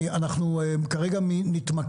אני מודה